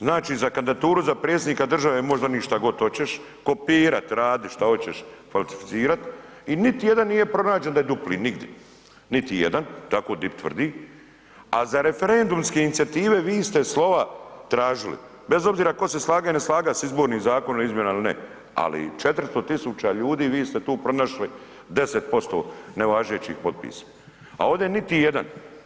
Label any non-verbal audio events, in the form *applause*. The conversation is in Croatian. Znači za kandidaturu za Predsjednika države ... *unintelligible* što gof hoćeš, kopirat, radi šta oćeš, falsificirat i niti jedna nije pronađen da je dupli nigdje, niti jedan, tako DIP tvrdi a za referendumske inicijative, vi ste slova tražili, bez obzira tko se slagao ili ne slagao sa izbornim zakonom o izmjenama ili ne ali 400 000 ljudi, vi ste tu pronašli 10% nevažeći potpisa a ovdje niti jedan.